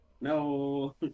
No